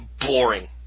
boring